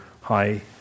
high